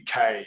UK